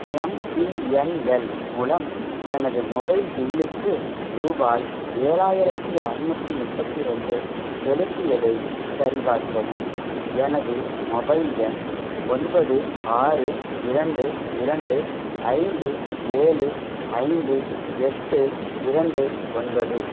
MTNL மூலம் எனது mobile பில்லுக்கு ரூபாய் ஏழாயிரத்தி அறநூற்றி முப்பத்தி ரெண்டு செலுத்தியதை சரிபார்க்கவும் எனது மொபைல் எண் ஒன்பது ஆறு இரண்டு இரண்டு ஐந்து ஏழு ஐந்து எட்டு இரண்டு ஒன்பது